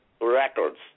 records